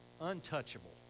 Untouchable